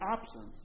absence